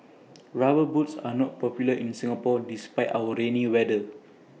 rubber boots are not popular in Singapore despite our rainy weather